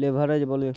leverage ব্যলে